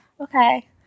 Okay